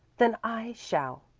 then i shall,